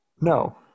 No